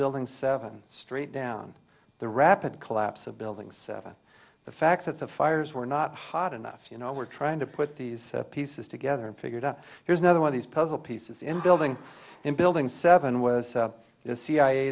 building seven straight down the rapid collapse of building seven the fact that the fires were not hot enough you know we're trying to put these pieces together and figured out here's another one of these puzzle pieces in building in building seven was the c